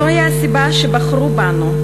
זוהי הסיבה שבחרו בנו,